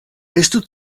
estu